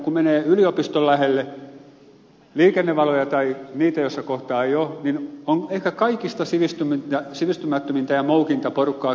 kun menee yliopiston lähelle liikennevaloissa tai sillä kohtaa missä niitä ei ole kävelee ehkä kaikista sivistymättömintä ja moukinta porukkaa